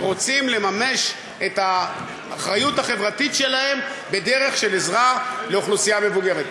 שרוצים לממש את האחריות החברתית שלהם בדרך של עזרה לאוכלוסייה מבוגרת.